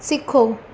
सिखो